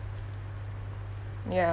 ya